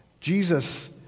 Jesus